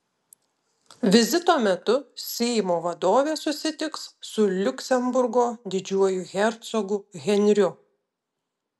vizito metu seimo vadovė susitiks su liuksemburgo didžiuoju hercogu henriu